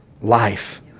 life